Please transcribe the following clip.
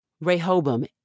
Rehoboam